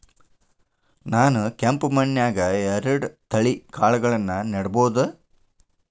ನಾನ್ ಕೆಂಪ್ ಮಣ್ಣನ್ಯಾಗ್ ಎರಡ್ ತಳಿ ಕಾಳ್ಗಳನ್ನು ನೆಡಬೋದ?